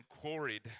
quarried